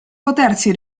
potersi